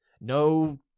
No